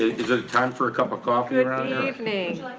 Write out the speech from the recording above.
is it time for a cup of coffee around